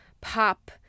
pop